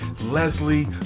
Leslie